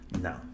No